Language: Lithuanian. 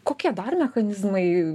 kokie dar mechanizmai